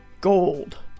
Gold